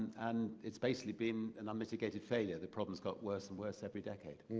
and its basically been an unmitigated failure. the problem's got worse and worse every decade.